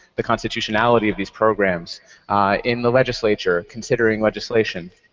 the constitutionality of these programs in the legislature, considering legislation.